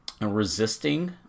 resisting